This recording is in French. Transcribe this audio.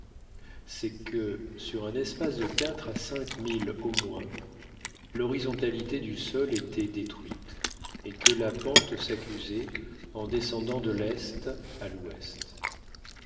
c'est que sur un espace de quatre à cinq milles au moins l'horizontalité du sol était détruite et que sa pente s'accusait en descendant de l'est à l'ouest